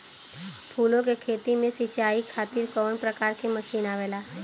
फूलो के खेती में सीचाई खातीर कवन प्रकार के मशीन आवेला?